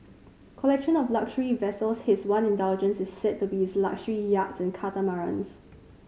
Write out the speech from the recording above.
collection of luxury vessels his one indulgence is said to be his luxury yachts and catamarans